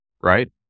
right